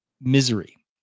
misery